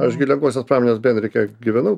aš gi lengvosios pramonės bendrike gyvenau